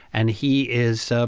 and he is, so